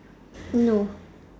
no